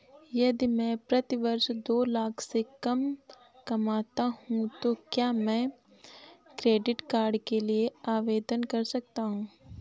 यदि मैं प्रति वर्ष दो लाख से कम कमाता हूँ तो क्या मैं क्रेडिट कार्ड के लिए आवेदन कर सकता हूँ?